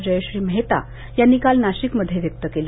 जयश्री मेहता यांनी काल नाशिकमध्ये व्यक्त केलं